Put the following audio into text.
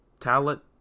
Talent